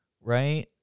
right